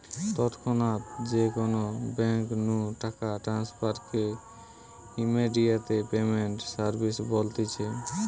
তৎক্ষণাৎ যে কোনো বেঙ্ক নু টাকা ট্রান্সফার কে ইমেডিয়াতে পেমেন্ট সার্ভিস বলতিছে